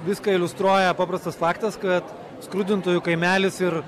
viską iliustruoja paprastas faktas kad skrudintojų kaimelis ir